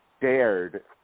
dared –